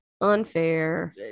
unfair